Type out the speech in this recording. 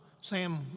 Sam